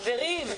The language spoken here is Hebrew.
חברים,